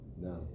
No